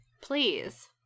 Please